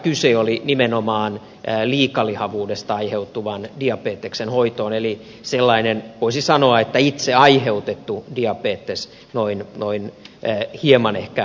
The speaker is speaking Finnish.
kyse oli nimenomaan liikalihavuudesta aiheutuvan diabeteksen hoidosta eli sellaisesta voisi sanoa itse aiheutetusta diabeteksesta noin hieman ehkä kärjistäen